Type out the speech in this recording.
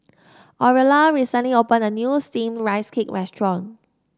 Aurilla recently opened a new steamed Rice Cake restaurant